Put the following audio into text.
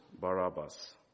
Barabbas